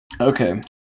Okay